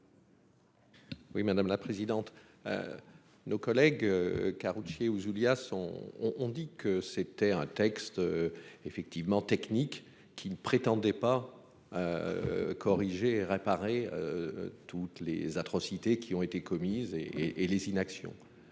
Oui madame la présidente. Nos collègues Karoutchi Ouzoulias sont ont dit que c'était un texte. Effectivement techniques qui ne prétendait pas. Corrigé réparer. Toutes les atrocités qui ont été commises et et les inactions.